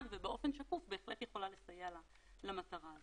ובאופן שקוף בהחלט יכול לסייע למטרה הזו.